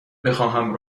بخواهم